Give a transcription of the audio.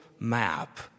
Map